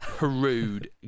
rude